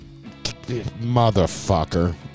Motherfucker